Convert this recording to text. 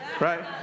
right